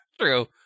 True